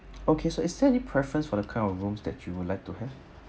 okay so is there any preference for the kind of rooms that you would like to have